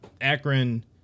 Akron